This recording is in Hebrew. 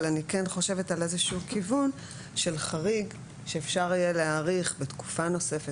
אבל אני כן חושבת על איזשהו כיוון של חריג שאפשר יהיה להאריך בתקופה נוספת